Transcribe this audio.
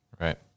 Right